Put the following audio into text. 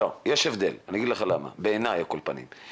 יש הבדל ואני אגיד לך למה, בעיני על כל פנים.